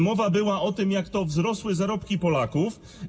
Mowa była o tym, jak to wzrosły zarobki Polaków.